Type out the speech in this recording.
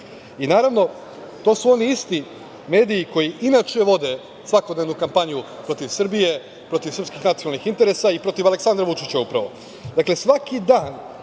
Vučića. Naravno, to su oni isti mediji koji inače vode svakodnevnu kampanju protiv Srbije, protiv srpskih nacionalnih interesa i protiv Aleksandra Vučića upravo. Dakle, svaki dan